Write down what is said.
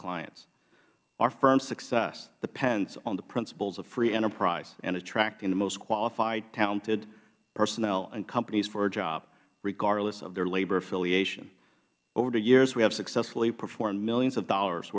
clients our firm's success depends on the principles of free enterprise and attracting the most qualified talented personnel and companies for a job regardless of their labor affiliation over the years we have successfully performed millions of dollars